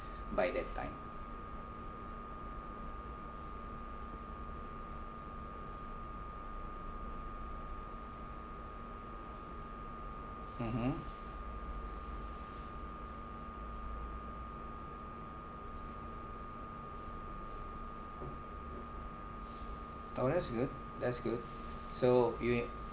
by that time mmhmm oh that's good that's good so you